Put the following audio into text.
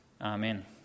Amen